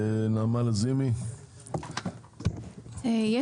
נעמה לזימי, בבקשה.